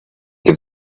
give